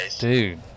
Dude